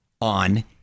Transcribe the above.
on